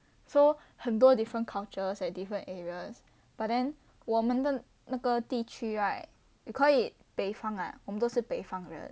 so 很多 different cultures and different areas but then 我们的那个地区 right you call it 北方啊我们都是北方人